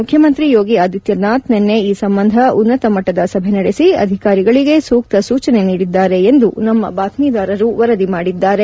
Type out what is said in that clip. ಮುಖ್ಯಮಂತ್ರಿ ಯೋಗಿ ಆದಿತ್ಯನಾಥ್ ನಿನ್ನೆ ಈ ಸಂಬಂಧ ಉನ್ನತ ಮಟ್ಟದ ಸಭೆ ನಡೆಸಿ ಅಧಿಕಾರಿಗಳಿಗೆ ಸೂಕ್ತ ಸೂಚನೆ ನೀಡಿದ್ದಾರೆ ಎಂದು ನಮ್ಮು ಬಾತ್ವೀದಾರರು ವರದಿ ಮಾಡಿದ್ದಾರೆ